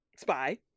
spy